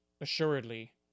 assuredly